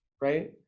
Right